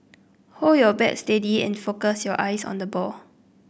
hold your bat steady and focus your eyes on the ball